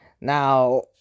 now